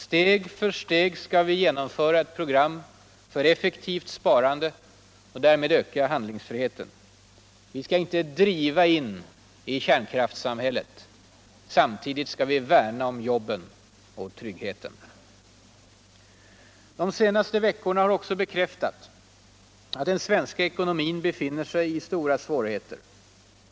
Steg för steg skall vi genomföra ett program för effektivt sparande och därmed ökad handlingsfrihet. Vi skall inte driva in i kärnkraftssamhället. Samtidigt skall vi värna om jobben och tryggheten. De scnaste veckorna har också bekräftat att den svenska eckonomin befinner sig I stora svårigheter.